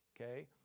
Okay